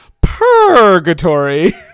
purgatory